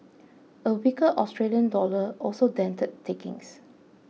a weaker Australian dollar also dented takings